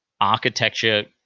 architecture